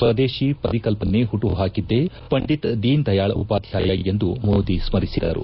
ಸ್ನದೇಶಿ ಪರಿಕಲ್ಪನೆ ಹುಟ್ಟುಪಾಕಿದ್ದೆ ಪಂಡಿತ್ ದೀನ್ ದಯಾಳ್ ಉಪಾಧ್ಯಾಯ ಎಂದು ಮೋದಿ ಸ್ಪರಿಸಿದರು